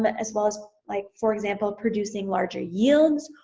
but as well as like, for example, producing larger yields,